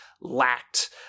lacked